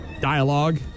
dialogue